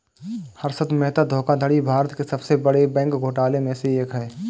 हर्षद मेहता धोखाधड़ी भारत के सबसे बड़े बैंक घोटालों में से है